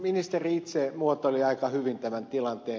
ministeri itse muotoili aika hyvin tämän tilanteen